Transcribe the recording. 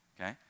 okay